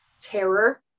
terror